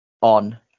on